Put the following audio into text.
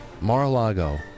Mar-a-Lago